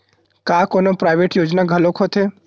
का कोनो प्राइवेट योजना घलोक होथे?